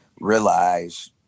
realize